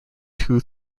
two